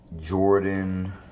Jordan